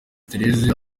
therese